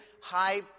...high